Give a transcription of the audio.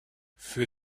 für